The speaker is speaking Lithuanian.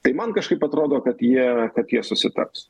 tai man kažkaip atrodo kad jie kad jie susitars